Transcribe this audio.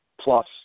plus